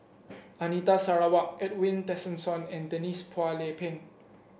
Anita Sarawak Edwin Tessensohn and Denise Phua Lay Peng